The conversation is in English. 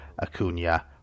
Acuna